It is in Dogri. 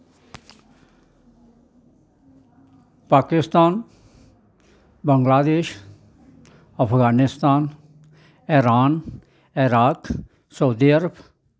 Pakistan Bangladesh Afghanistan Iran Iraq Saudi Arab